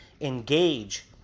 engage